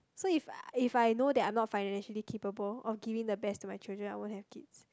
so if if I know I'm not financially capable of giving the best to my children I won't have kids